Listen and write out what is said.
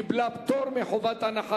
קיבלה פטור מחובת הנחה.